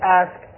ask